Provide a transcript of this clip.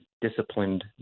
disciplined